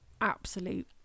absolute